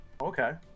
Okay